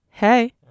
Hey